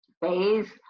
phase